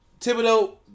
Thibodeau